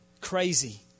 Crazy